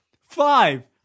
five